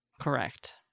Correct